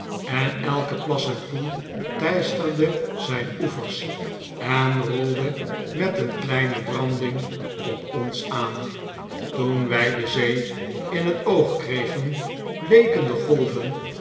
en elke plas en poel teisterde zijn oevers en rolde met een kleine branding op ons aan toen wij de zee in het oog kregen leken de golven